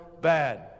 bad